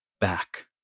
back